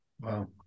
Wow